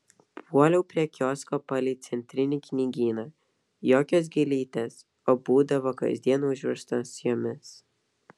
puoliau prie kiosko palei centrinį knygyną jokios gėlytės o būdavo kasdien užverstas jomis